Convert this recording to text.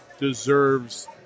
deserves